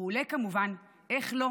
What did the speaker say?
הוא עולה כמובן, איך לא,